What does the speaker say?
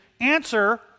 Answer